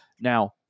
Now